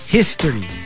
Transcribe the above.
history